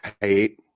hate